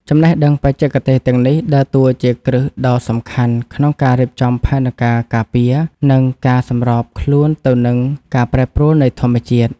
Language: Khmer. ចំណេះដឹងបច្ចេកទេសទាំងនេះដើរតួជាគ្រឹះដ៏សំខាន់ក្នុងការរៀបចំផែនការការពារ និងការសម្របខ្លួនទៅនឹងការប្រែប្រួលនៃធម្មជាតិ។